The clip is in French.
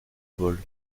vole